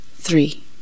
Three